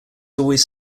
always